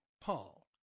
Paul